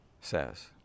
says